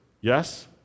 Yes